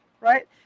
right